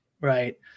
Right